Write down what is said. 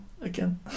again